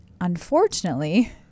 unfortunately